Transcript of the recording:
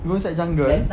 go inside jungle